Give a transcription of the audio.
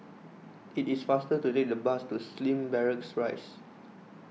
it is faster to take the bus to Slim Barracks Rise